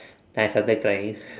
then I started crying